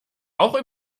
auch